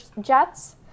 jets